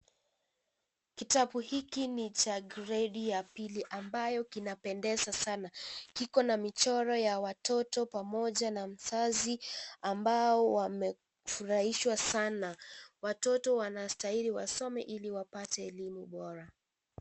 Kitabu hiki ni cha gredi ya pili ambayo kinapendeza sana. Kiko na michoro ya mtoto pamoja na mzazi ambao wamefurahishwa sana. Watoto wanastahili wasome ili wapate elimu bora.